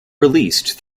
released